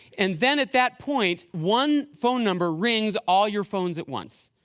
and then at that point one phone number rings all your phones at once.